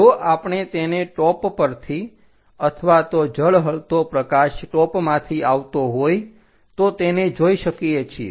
જો આપણે તેને ટોપ પરથી અથવા તો ઝળહળતો પ્રકાશ ટોપમાંથી આવતો હોય તો તેને જોઈ શકીએ છીએ